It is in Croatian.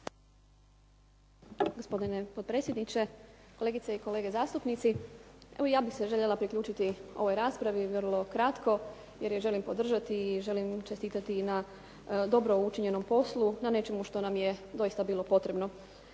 Gospodine potpredsjedniče, kolegice i kolege zastupnici. Evo ja bih se željela priključiti ovoj raspravi vrlo kratko jer je želim podržati i želim čestitati na dobro učinjenom poslu, na nečemu što nam je doista bilo potrebno.